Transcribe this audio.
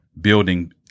building